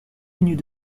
lignes